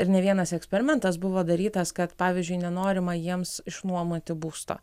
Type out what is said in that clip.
ir ne vienas eksperimentas buvo darytas kad pavyzdžiui nenorima jiems išnuomoti būsto